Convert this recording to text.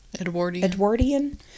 Edwardian